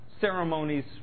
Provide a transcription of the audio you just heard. ceremonies